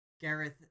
Gareth